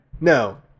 No